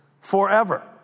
forever